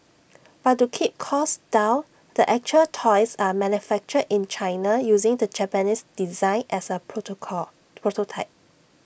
but to keep costs down the actual toys are manufactured in China using the Japanese design as A prototype